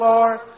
Lord